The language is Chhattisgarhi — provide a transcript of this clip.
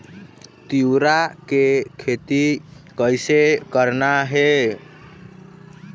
तिऊरा के खेती कइसे करना हे?